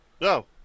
No